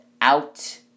out